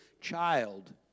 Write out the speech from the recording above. child